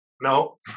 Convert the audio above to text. no